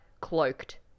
cloaked